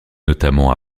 notamment